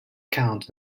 count